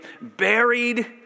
buried